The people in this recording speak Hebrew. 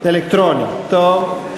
אלקטרוני, טוב.